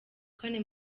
kane